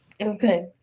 Okay